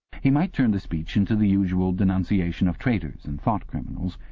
he might turn the speech into the usual denunciation of traitors and thought-criminals,